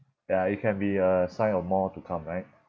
ya it can be a sign of more to come right